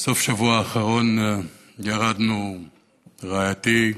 בסוף השבוע האחרון ירדנו רעייתי,